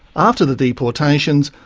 after the deportations,